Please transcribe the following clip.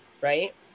Right